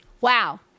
Wow